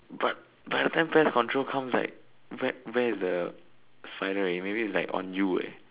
but by the time pest control comes like where where is the spider already okay maybe it's like on you eh